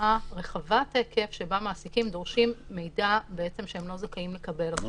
התופעה רחבת ההיקף שבה מעסיקים דורשים מידע שהם לא זכאים לקבל אותו.